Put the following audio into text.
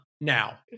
now